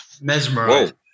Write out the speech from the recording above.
mesmerized